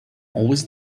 always